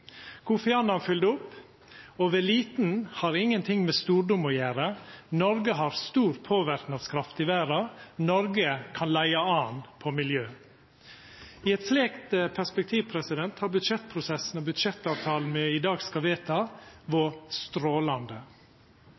Annan fylgde opp: Å vera liten har ingenting med stordom å gjera. Noreg har stor påverknadskraft i verda. Noreg kan leia an på miljø. I eit slikt perspektiv har budsjettprosessen og budsjettavtalen me i dag skal vedta, vore strålande.